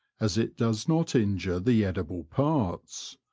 as it does not injure the edible parts.